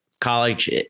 college